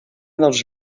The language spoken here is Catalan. dels